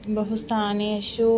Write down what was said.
बहुषु स्थानेषु